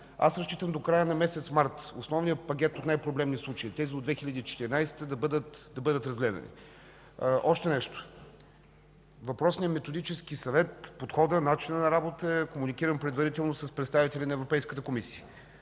Разчитам до края на месец март основният пакет от най-проблеми случаи – тези от 2014 г., да бъдат разгледани. Още нещо. Въпросният Методически съвет, подходът, начинът на работа е комуникиран предварително с представители на Европейската комисия,